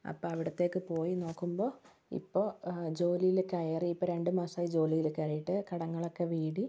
അപ്പോൾ അവിടുത്തേക്ക് പോയി നോക്കുമ്പോൾ ഇപ്പോൾ ജോലിയില് കയറി ഇപ്പോൾ രണ്ടുമാസമായി ജോലിയില് കയറിയിട്ട് കടങ്ങളൊക്കെ വീടി